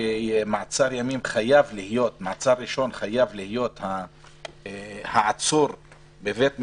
שבמעצר ראשון חייב להיות העצור בבית המשפט,